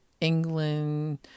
England